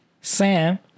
Sam